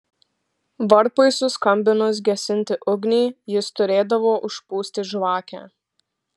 varpui suskambinus gesinti ugnį jis turėdavo užpūsti žvakę